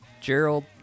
Gerald